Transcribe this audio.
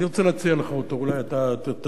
אני רוצה להציע לך אותו, אולי אתה תסכים.